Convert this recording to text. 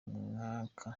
mwaka